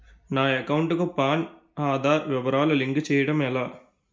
నా అకౌంట్ కు పాన్, ఆధార్ వివరాలు లింక్ చేయటం ఎలా?